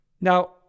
now